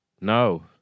No